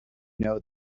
know